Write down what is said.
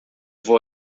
vou